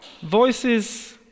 voices